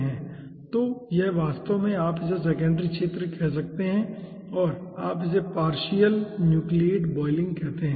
तो यह वास्तव में आप इसे सेकेंडरी क्षेत्र कह सकते हैं और आप इसे पार्शियल न्यूक्लियेट बॉयलिंग कहते हैं